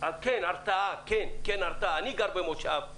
ועל צורך לגיטימי בהרתעה אני גר במושב,